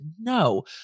no